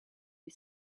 you